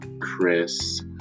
chris